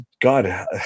God